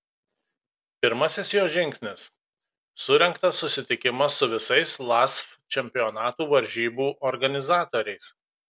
pirmasis jo žingsnis surengtas susitikimas su visais lasf čempionatų varžybų organizatoriais